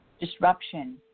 disruption